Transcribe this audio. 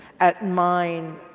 at mine,